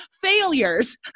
failures